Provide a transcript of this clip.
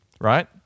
right